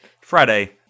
Friday